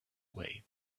way